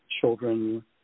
children